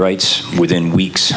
rights within weeks